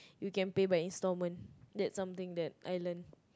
you can pay back instalments that's something that I learn